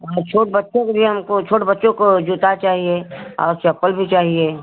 हाँ छोट बच्चाें को भी हमको छोट बच्चों को जूता चाहिए और चप्पल भी चाहिए